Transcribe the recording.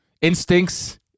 instincts